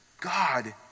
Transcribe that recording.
God